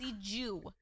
Jew